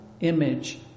image